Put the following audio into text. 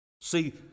See